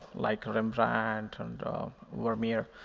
like rembrandt and vermeer.